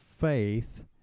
faith